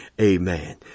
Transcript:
Amen